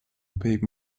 opaque